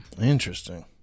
interesting